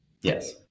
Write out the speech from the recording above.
Yes